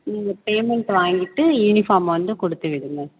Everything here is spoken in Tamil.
நீங்கள் பேமெண்ட் வாங்கிட்டு யூனிஃபார்ம் வந்து கொடுத்துவிடுங்க